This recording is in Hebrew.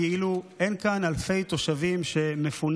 שבימים האלה לא צריך כספים